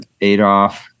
Adolf